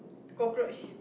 cockroach